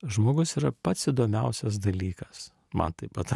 žmogus yra pats įdomiausias dalykas man taip pat